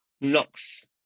locks